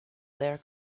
there